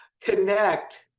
Connect